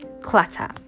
clutter